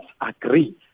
agree